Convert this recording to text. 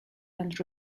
and